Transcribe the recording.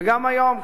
וגם היום,